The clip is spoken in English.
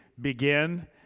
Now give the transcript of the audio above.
begin